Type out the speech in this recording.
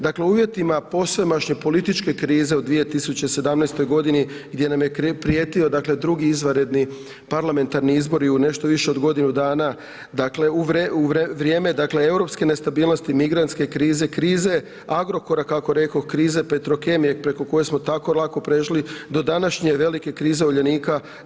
Dakle u uvjetima posvemašne političke krize u 2017. gdje nam je prijetio dakle drugi izvanredni parlamentarni izbori u nešto više od godinu dana, dakle u vrijeme dakle europske nestabilnosti, migrantske krize, krize Agrokora, kako rekoh, krize Petrokemije preko koje smo tako lako prešli do današnje velike krize uljanika.